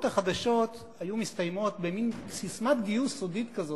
החדשות היו מסתיימות במין ססמת גיוס סודית כזאת,